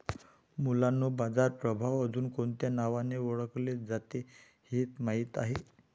मुलांनो बाजार प्रभाव अजुन कोणत्या नावाने ओढकले जाते हे माहित आहे?